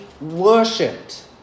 worshipped